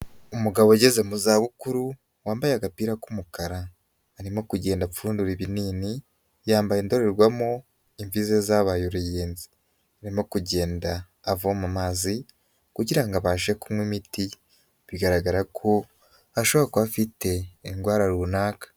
Umugabo ugeze mu za bukuru wambaye agapira k'umukara, arimo kugenda apfundura ibinini, yambaye indorerwamo imvi ze zabaye uruyenzi. Arimo kugenda avoma amazi kugirango abashe kunywa imiti. Bigaragara ko ashobora kuba afite indwara runaka.